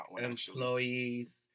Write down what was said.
employees